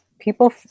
People